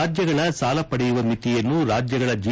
ರಾಜ್ಯಗಳ ಸಾಲ ಪಡೆಯುವ ಮಿತಿಯನ್ನು ರಾಜ್ಯಗಳ ಜಿ